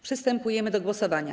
Przystępujemy do głosowania.